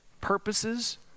purposes